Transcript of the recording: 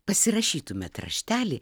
pasirašytumėt raštelį